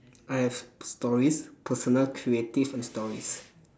I have stories personal creative and stories